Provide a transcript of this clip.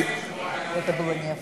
מי יושב-ראש ועדת הפנים?